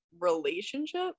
relationship